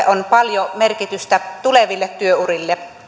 on paljon merkitystä tuleville työurille